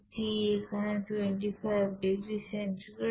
t এখানে 25 degree centigrade